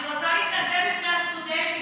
רוצה להתנצל בפני הסטודנטים,